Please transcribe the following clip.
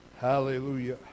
Hallelujah